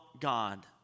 God